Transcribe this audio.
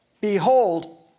Behold